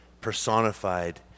personified